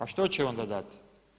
A što će onda dati?